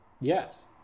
Yes